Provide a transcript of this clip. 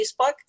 Facebook